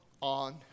on